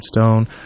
stone